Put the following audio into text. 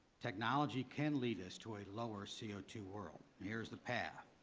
technology can lead us to a lower c o two world. here is the path.